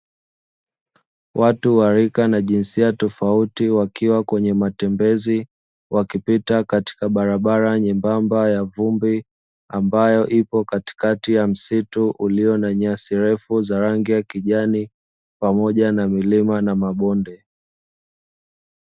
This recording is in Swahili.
Watu wa rika na jinsia tofauti wakiwa kwenye matembezi wakipita katika barabara nyembamba ya vumbi, ambayo ipo katikati ya msitu uliyo na nyasi refu za rangi ya kijani pamoja na milima na mabonde.